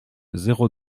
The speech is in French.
zéro